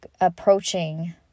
Approaching